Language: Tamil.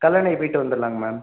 கல்லணை போய்ட்டு வந்துடலாங்க மேம்